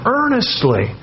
earnestly